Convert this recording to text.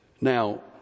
now